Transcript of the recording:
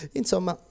insomma